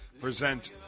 present